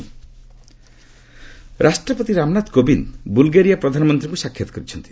rim president ରାଷ୍ଟ୍ରପତି Ramnath Kovind Bulgaria ପ୍ରଧାନମନ୍ତ୍ରୀଙ୍କୁ ସାକ୍ଷାତ କରିଛନ୍ତି